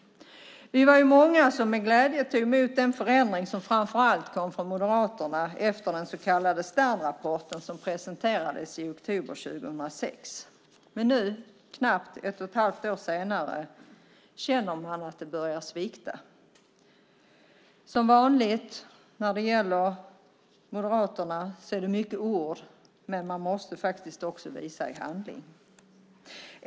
Vi var många som med glädje tog emot den förändring som framför allt kom från Moderaterna efter den så kallade Sternrapporten som presenterades i oktober 2006. Nu, knappt ett och ett halvt år senare, känner man att det börjar svikta. Som vanligt när det gäller Moderaterna är det många ord, men de måste faktiskt också visa något i handling.